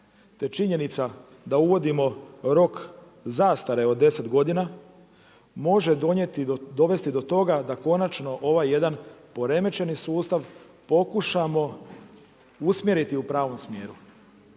te činjenica da uvodimo rok zastare od 10 godina može dovesti do toga da konačno ovaj jedan poremećeni sustav pokušamo usmjeriti u pravom smjeru.